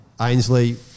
Ainsley